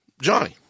Johnny